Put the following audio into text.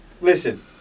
Listen